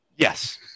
Yes